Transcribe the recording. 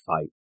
fight